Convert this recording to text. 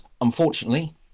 unfortunately